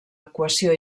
equació